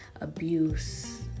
abuse